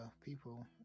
People